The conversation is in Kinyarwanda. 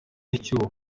icyuho